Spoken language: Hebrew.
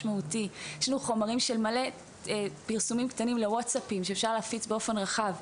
יש לנו חומר להרבה פרסומים קטנים בוואטסאפ שאפשר להפיץ באופן רחב.